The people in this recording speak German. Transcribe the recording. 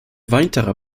weiterer